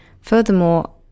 Furthermore